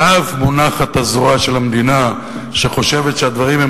עליו מונחת הזרוע של המדינה שחושבת שהדברים הם